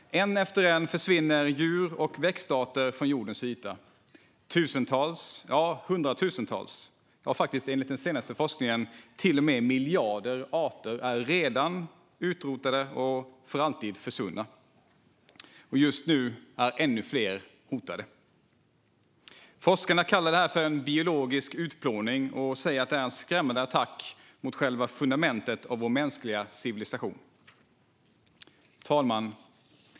En efter en försvinner djur och växtarter från jordens yta. Tusentals, ja hundratusentals, ja faktiskt enligt den senaste forskningen till och med miljarder, arter är redan utrotade och för alltid försvunna. Just nu är ännu fler hotade. Forskarna kallar detta för en biologisk utplåning och säger att det är en skrämmande attack mot själva fundamentet av vår mänskliga civilisation. Fru talman!